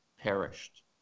perished